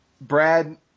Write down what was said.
Brad